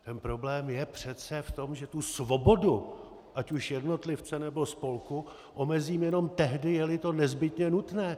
Ten problém je přece v tom, že svobodu ať už jednotlivce, nebo spolku omezím jenom tehdy, jeli to nezbytně nutné.